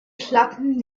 klappen